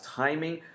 timing